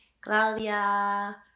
Claudia